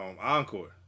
Encore